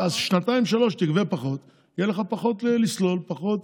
אז שנתיים-שלוש תגבה פחות ויהיה לך פחות לסלול ופחות